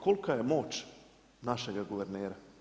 Kolika je moć našeg guvernera?